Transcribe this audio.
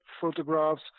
photographs